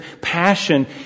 passion